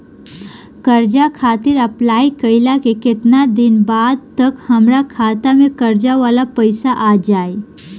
कर्जा खातिर अप्लाई कईला के केतना दिन बाद तक हमरा खाता मे कर्जा वाला पैसा आ जायी?